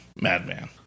madman